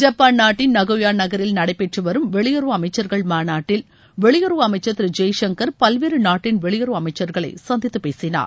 Japan நாட்டின் Nagoya நகரில் நடைபெற்று வரும் வெளியுறவு அமைச்சர்கள் மாநாட்டில் வெளியுறவு அமைச்சர் திரு ஜெய்சங்கர் பல்வேறு நாட்டின் வெளியுறவு அமைச்சர்களை சந்தித்துப் பேசினார்